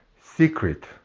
secret